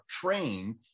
trained